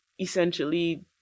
essentially